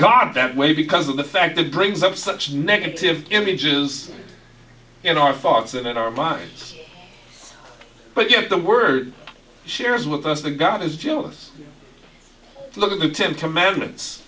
god that way because of the fact that brings up such negative images in our farts and in our minds but yet the word share is with us the god is jealous look at the ten commandments